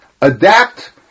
adapt